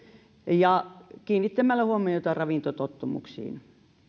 ja kiinnittämällä huomiota ravintotottumuksiin